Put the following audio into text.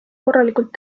korralikult